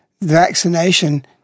vaccination